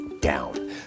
down